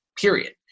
period